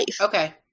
Okay